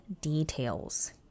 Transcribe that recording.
details